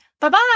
Bye-bye